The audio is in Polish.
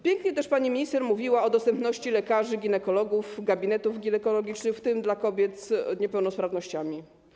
Pięknie pani minister mówiła też o dostępności lekarzy ginekologów, gabinetów ginekologicznych, w tym dla kobiet z niepełnosprawnościami.